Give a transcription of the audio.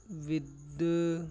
with